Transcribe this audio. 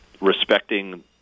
respecting